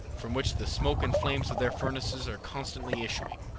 from which the smoke and flames of their furnaces are constantly issuing.